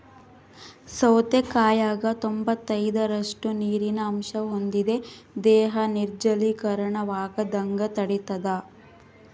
ಸೌತೆಕಾಯಾಗ ತೊಂಬತ್ತೈದರಷ್ಟು ನೀರಿನ ಅಂಶ ಹೊಂದಿದೆ ದೇಹ ನಿರ್ಜಲೀಕರಣವಾಗದಂಗ ತಡಿತಾದ